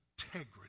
integrity